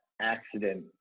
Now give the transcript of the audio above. accident